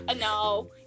No